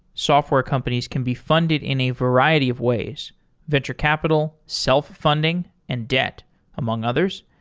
software companies can be funded in a variety of ways venture capital, self funding, and debt among others.